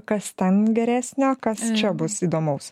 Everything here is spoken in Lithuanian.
kas ten geresnio kas čia bus įdomaus